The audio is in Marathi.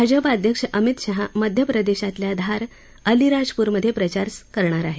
भाजपा अध्यक्ष अमित शहा मध्य प्रदेशातल्या धार अलीराजपूर मधे प्रवार करणार आहेत